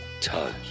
touch